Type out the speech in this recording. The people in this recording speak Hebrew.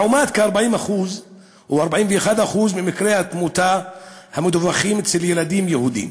לעומת כ-40% או 41% ממקרי התמותה המדווחים אצל ילדים יהודים.